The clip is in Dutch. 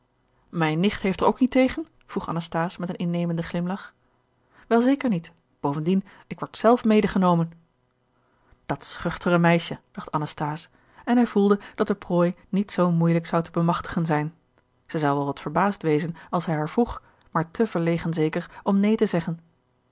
mijn nicht heeft er ook niet tegen vroeg anasthase met een innemenden glimlach wel zeker niet bovendien ik word zelf medegenomen dat schuchtere meisje dacht anasthase en hij voelde dat de prooi niet zoo moeielijk zou te bemachtigen zijn zij zou wel wat verbaasd wezen als hij haar vroeg maar te verlegen zeker om neen te zeggen